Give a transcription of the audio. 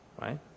right